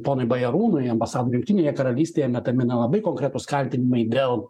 ponui bajarūnui ambasadoje jungtinėje karalystėje metami na labai konkretūs kaltinimai dėl